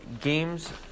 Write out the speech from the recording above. games